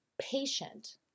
patient